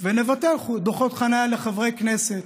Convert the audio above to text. ונבטל דוחות חניה לחברי כנסת,